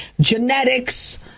genetics